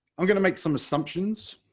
um going to make some assumptions.